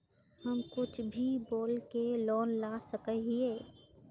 हम कुछ भी बोल के लोन ला सके हिये?